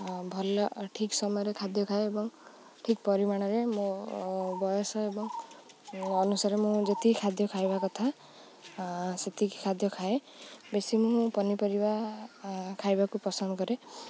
ଭଲ ଠିକ୍ ସମୟରେ ଖାଦ୍ୟ ଖାଏ ଏବଂ ଠିକ୍ ପରିମାଣରେ ମୋ ବୟସ ଏବଂ ଅନୁସାରେ ମୁଁ ଯେତିକି ଖାଦ୍ୟ ଖାଇବା କଥା ସେତିକି ଖାଦ୍ୟ ଖାଏ ବେଶୀ ମୁଁ ପନିପରିବା ଖାଇବାକୁ ପସନ୍ଦ କରେ